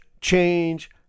change